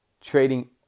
trading